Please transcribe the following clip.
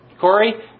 Corey